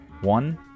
One